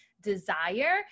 desire